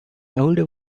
older